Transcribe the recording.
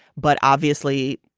but obviously,